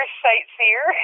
sightseer